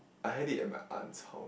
I had it in my aunt's house